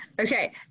Okay